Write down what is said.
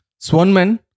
Swanman